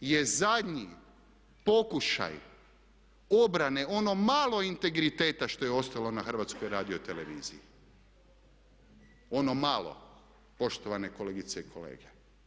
je zadnji pokušaj obrane ono malo integriteta što je ostalo na HRT-u, ono malo poštovane kolegice i kolege.